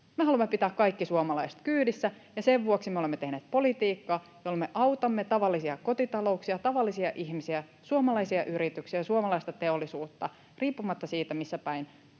Me haluamme pitää kaikki suomalaiset kyydissä, ja sen vuoksi me olemme tehneet politiikkaa, jolla me autamme tavallisia kotitalouksia, tavallisia ihmisiä, suomalaisia yrityksiä ja suomalaista teollisuutta riippumatta siitä, missäpäin